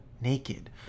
naked